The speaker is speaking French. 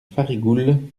farigoules